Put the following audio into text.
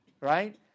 right